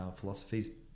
philosophies